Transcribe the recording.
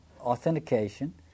authentication